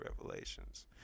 Revelations